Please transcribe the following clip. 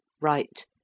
right